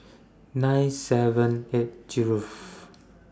nine seven eight